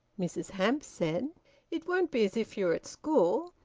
mrs hamps said it won't be as if you were at school.